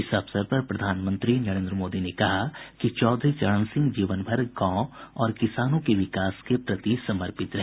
इस अवसर पर प्रधानमंत्री नरेंद्र मोदी ने कहा है कि चौधरी चरण सिंह जीवनभर गांवों और किसानों के विकास के प्रति समर्पित रहे